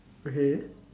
okay